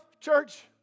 church